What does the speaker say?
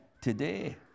today